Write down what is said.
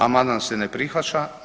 Amandman se ne prihvaća.